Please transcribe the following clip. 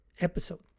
episode